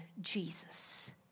Jesus